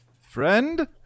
Friend